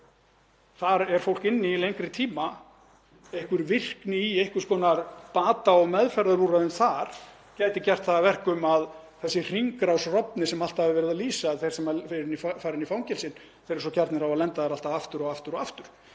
Þar er fólk inni í lengri tíma. Einhver virkni í einhvers konar bata- og meðferðarúrræðum þar gæti gert það að verkum að þessi hringrás rofni sem alltaf er verið að lýsa. Þeir sem fara inn í fangelsin eru svo gjarnir á að lenda þar alltaf aftur og aftur. Það er